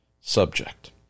subject